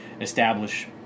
establish